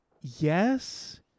yes